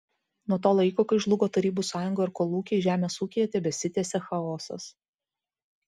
nuo to laiko kai žlugo tarybų sąjunga ir kolūkiai žemės ūkyje tebesitęsia chaosas